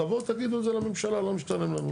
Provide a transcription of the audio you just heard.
תבואו תגידו את זה לממשלה 'לא משתלם לנו,